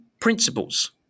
principles